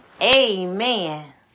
Amen